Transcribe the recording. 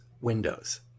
windows